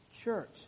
church